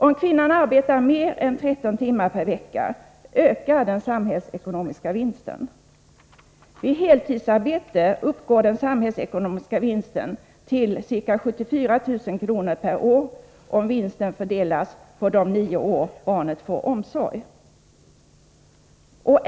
Om kvinnan arbetar mer än 13 timmar per vecka ökar den samhällsekonomiska vinsten. Vid heltidsarbete uppgår den samhällsekonomiska vinsten till ca 74 000 kr. per år om vinsten fördelas på de nio år som barnet får omsorg.